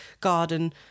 garden